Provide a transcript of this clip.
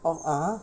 oh (uh huh)